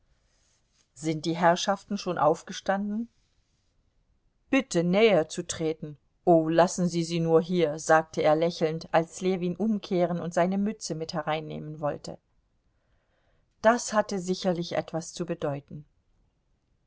sind die herrschaften schon aufgestanden bitte näher zu treten oh lassen sie sie nur hier sagte er lächelnd als ljewin umkehren und seine mütze mit hereinnehmen wollte das hatte sicherlich etwas zu bedeuten